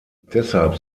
deshalb